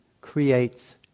Creates